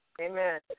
Amen